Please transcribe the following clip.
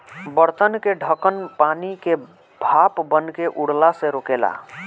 बर्तन के ढकन पानी के भाप बनके उड़ला से रोकेला